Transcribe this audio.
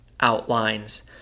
outlines